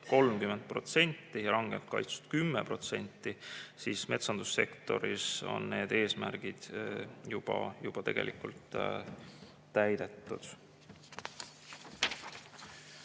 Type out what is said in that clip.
30% ja rangelt kaitstud 10%, ning metsandussektoris on need eesmärgid tegelikult juba täidetud.